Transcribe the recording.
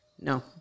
No